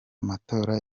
matora